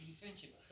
friendship